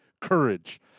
courage